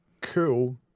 cool